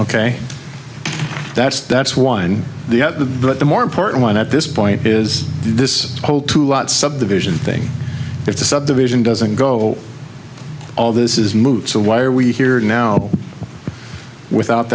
ok that's that's one of the but the more important one at this point is this whole two lot subdivision thing if the subdivision doesn't go all this is moot so why are we here now without